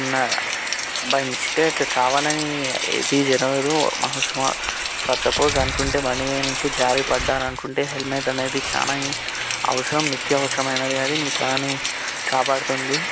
by mistake కావాలని ఏదీ జరగదు బహుశా ఫర్ సపోజ్ అనుకుంటే బండి మీద నుంచి జారిపడ్డాను అనుకుంటే హెల్మెట్ అనేది చాలా అవసరం నిత్యవసరమైనది అది మీ తలని కాపాడుతుంది